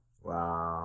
Wow